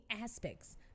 aspects